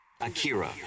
Akira